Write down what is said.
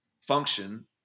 function –